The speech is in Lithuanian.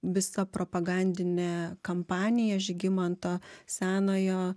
visa propagandinė kampanija žygimanto senojo